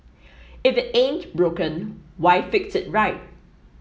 if it ain't broken why fix it right